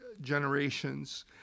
generations